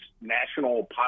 national